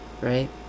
Right